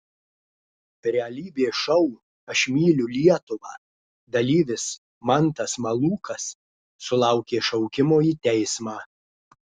realybės šou aš myliu lietuvą dalyvis mantas malūkas sulaukė šaukimo į teismą